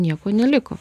nieko neliko